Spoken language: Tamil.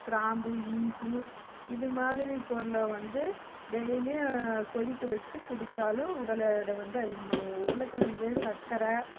கிராம்பு இஞ்சி இதுமாதிரிப் பொருளை வந்து டெய்லியும் கொதிக்க வச்சு குடித்தாலும் உடல் எடை வந்து அதிகமாகும் உருளைக்கெழங்கு சக்கரை